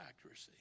accuracy